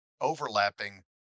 overlapping